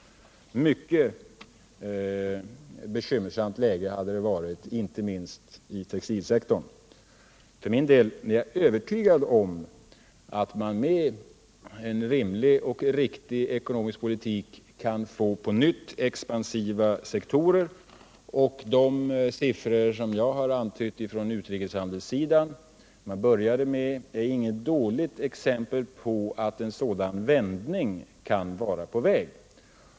Ett mycket bekymmersamt läge hade vi fått, inte minst i textilsektorn. För min del är jag övertygad om att man med en rimlig och riktig ekonomisk politik på nytt kan få expansiva sektorer. De siffror när det gäller utrikeshandeln som jag började mitt anförande med är inget dåligt exempel på att en sådan vändning kan vara på väg.